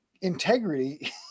integrity